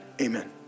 Amen